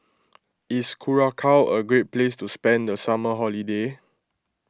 is Curacao a great place to spend the summer holiday